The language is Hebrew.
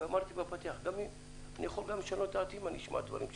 אמרתי בפתיח שאני יכול גם לשנות את דעתי אם אני אשמע דברים משכנעים.